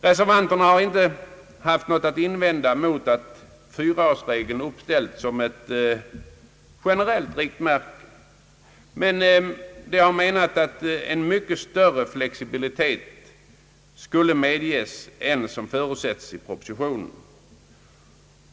Reservanterna har inte haft något att invända mot att fyraårsregeln uppställes som ett generellt riktmärke, men de har menat att en mycket större flexibilitet skulle medges än som förutsättes i propositionen.